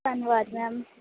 ਧੰਨਵਾਦ ਮੈਮ